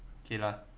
okay lah